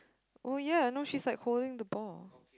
oh ya no she's like holding the ball